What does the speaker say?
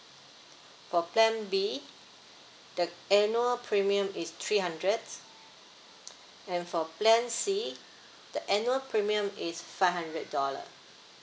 for plan B the annual premium is three hundred and for plan C the annual premium is five hundred dollar